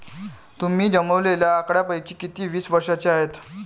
तुम्ही जमवलेल्या आकड्यांपैकी किती वीस वर्षांचे आहेत?